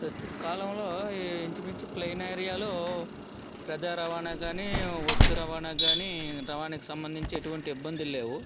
ప్రస్తుత కాలంలో ఇంచుమించు ప్లైన్ ఏరియాలో ప్రజా రవాణా కానీ వస్తు రవాణా కానీ రవాణాకి సంబంధించి ఎటువంటి ఇబ్బందులు లేవు